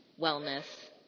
wellness